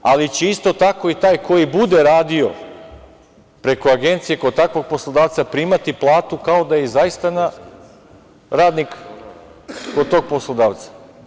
Ali će isto tako i taj koji bude radio preko agencije kod takvog poslodavca primati platu kao da je i zaista radnik kod tog poslodavca.